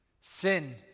Sin